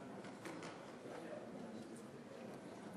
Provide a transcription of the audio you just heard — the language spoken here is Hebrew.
אתה מוזמן